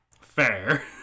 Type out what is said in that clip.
Fair